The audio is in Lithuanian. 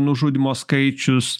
nužudymo skaičius